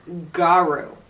Garu